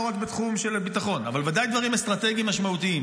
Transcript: לא רק בתחום של ביטחון אבל ודאי דברים אסטרטגיים משמעותיים,